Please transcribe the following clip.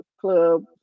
club